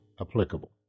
applicable